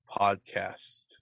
podcast